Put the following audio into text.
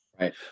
Right